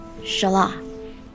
Shala